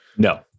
No